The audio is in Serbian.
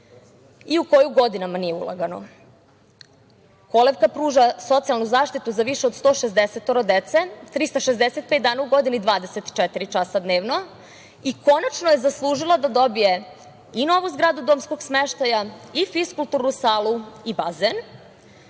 i u kojoj godinama nije ulagano.„Kolevka“ pruža socijalnu zaštitu za više od 160 dece, 356 dana u godini, 24 časa dnevno i konačno je zaslužila da dobije i novu zgradu domovskog smeštaja i fiskulturnu salu i bazen.